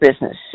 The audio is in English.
business